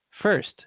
First